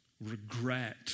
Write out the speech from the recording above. regret